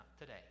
today